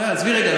עזבי רגע,